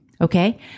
Okay